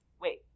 wait